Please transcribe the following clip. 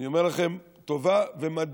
אני אומר לכם, טובה ומדאיגה